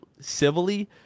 civilly